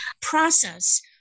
process